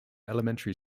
elementary